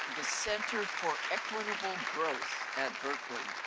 center for equitable growth at berkeley,